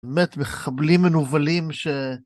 באמת מחבלים מנוולים ש...